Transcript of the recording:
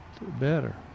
better